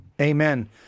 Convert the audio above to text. Amen